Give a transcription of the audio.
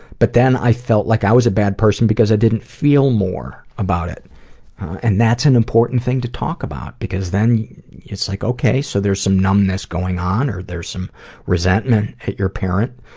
but then i felt like i was a bad person because i didn't feel more about it and that's an important thing to talk about because then it's like, okay, so there's some numbness going on, or there's some resentment at your parent,